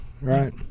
Right